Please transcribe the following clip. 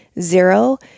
zero